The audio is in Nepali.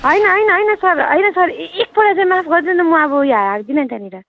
होइन होइन होइन सर होइन सर एकपल्ट चाहिँ माफ गरिदिनु म अब हाल्दिन त्यहाँनिर